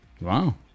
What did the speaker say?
Wow